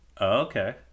Okay